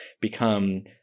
become